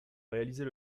réaliser